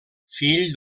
fill